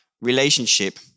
relationship